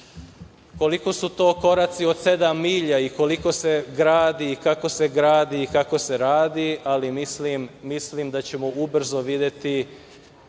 koliko su to koraci od sedam milja i koliko se gradi i kako se gradi i kako se radi, ali mislim da ćemo ubrzo videti